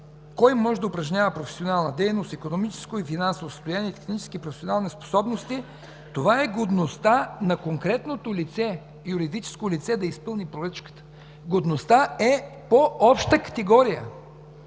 кой може да упражнява професионална дейност; икономическо и финансово състояние и технически професионални способности, това е годността на конкретното юридическо лице да изпълни поръчката. Годността е по-обща категория.